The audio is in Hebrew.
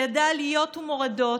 שידע עליות ומורדות,